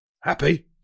Happy